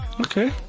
Okay